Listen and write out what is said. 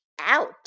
out